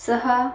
सहा